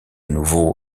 nouveau